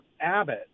Abbott